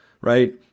right